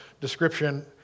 description